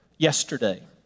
Yesterday